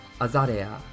Azalea